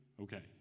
Okay